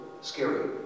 scary